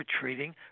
treating